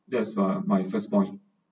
that's ah my first point